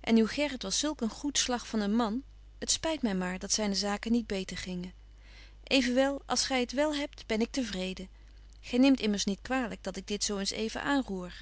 en uw gerrit was zulk een goed slag van een man t spyt my maar dat zyne zaken niet beter gingen evenwel als gy het wel hebt ben ik te vreden gy neemt immers niet kwalyk dat ik dit zo eens even aanroer